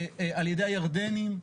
ע"י הירדנים,